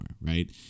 right